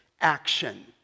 action